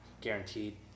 guaranteed